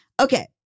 okay